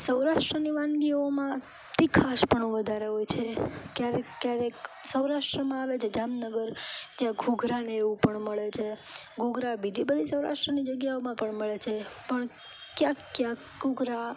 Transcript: સૌરાષ્ટ્રની વાનગીઓમાં તીખાશપણું વધારે હોય છે ક્યારેક ક્યારેક સૌરાષ્ટ્રમાં આવે જે જામનગર ત્યાં ઘૂઘરાંને એવું પણ મળે છે ઘૂઘરાં બીજી બધી સૌરાષ્ટ્રની જગ્યાઓમાં પણ મળે છે પણ ક્યાંક ક્યાંક ઘૂઘરાં